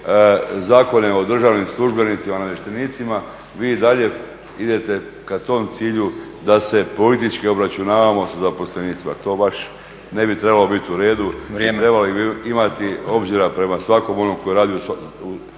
Zakone o državnim službenicima, namještenicima. Vi i dalje idete ka tom cilju da se politički obračunavamo sa zaposlenicima. To baš ne bi trebalo bit u redu. …/Upadica Stazić: Vrijeme./… Trebali bi imati obzira prema svakom onom koji radi u sustavu